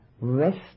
rest